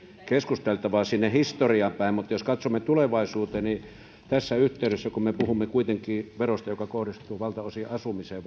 keskusteltavaa sinne historiaan päin mutta jos katsomme tulevaisuuteen niin tässä yhteydessä kun me puhumme kuitenkin verosta joka kohdistuu valtaosin asumiseen